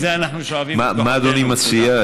מה אדוני מציע,